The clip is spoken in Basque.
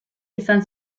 izan